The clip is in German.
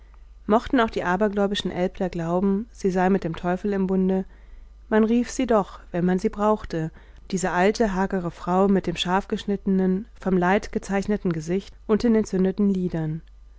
mochten auch die abergläubischen älpler glauben sie sei mit dem teufel im bunde man rief sie doch wenn man sie brauchte diese alte hagere frau mit dem scharfgeschnittenen vom leid gezeichneten gesicht und den entzündeten lidern